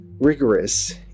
rigorous